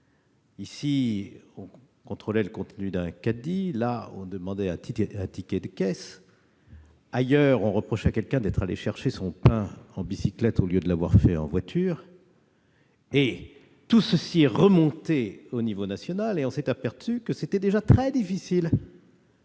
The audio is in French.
ici, on contrôlait le contenu d'un caddie ; là, on demandait un ticket de caisse ; ailleurs, on reprochait à quelqu'un d'être allé chercher son pain à bicyclette au lieu de l'avoir fait en voiture ... Tout cela est remonté à l'échelon national, et l'on s'est rendu compte qu'il était très difficile